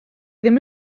ddim